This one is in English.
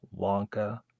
Wonka